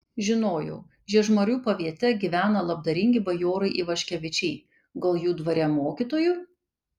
žinojau žiežmarių paviete gyvena labdaringi bajorai ivaškevičiai gal jų dvare mokytoju